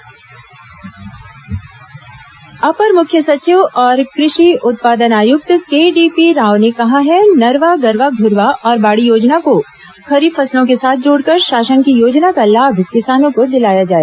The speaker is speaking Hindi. कृषि आयुक्त समीक्षा अपर मुख्य सचिव और कृषि उत्पादन आयुक्त के डी पी राव ने कहा है कि नरवा गरवा घुरवा और बाड़ी योजना को खरीफ फसलों के साथ जोड़कर शासन की योजना का लाभ किसानों को दिलाया जाए